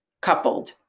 coupled